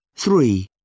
Three